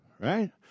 right